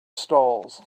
stalls